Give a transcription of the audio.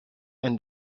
and